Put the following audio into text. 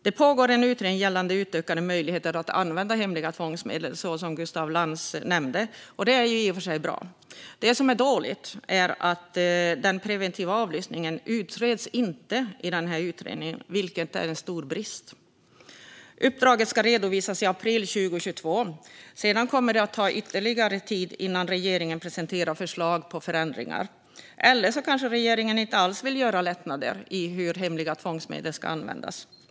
Det pågår en utredning gällande utökade möjligheter att använda hemliga tvångsmedel, som Gustaf Lantz nämnde, och det är i och för sig bra. Det som är dåligt är att den preventiva avlyssningen inte utreds. Det är en stor brist. Uppdraget ska redovisas i april 2022. Sedan kommer det att ta ytterligare tid innan regeringen presenterar förslag om förändringar. Eller så kanske regeringen inte alls vill göra lättnader i hur hemliga tvångsmedel ska användas.